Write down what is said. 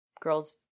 girls